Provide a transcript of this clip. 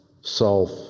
self